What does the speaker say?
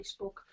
Facebook